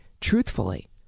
truthfully